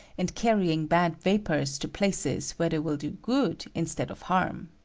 and carrying bad va pors to places where they will do good instead of harm.